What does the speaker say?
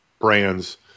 brands